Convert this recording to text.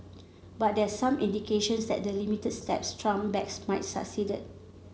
but there are some indications that the limited steps Trump backs might succeed